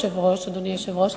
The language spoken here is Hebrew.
אדוני היושב-ראש: